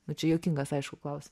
na čia juokingas aišku klaus